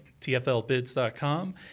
tflbids.com